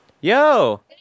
Yo